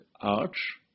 arch